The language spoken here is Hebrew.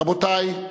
רבותי,